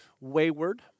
wayward